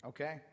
Okay